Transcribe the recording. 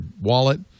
wallet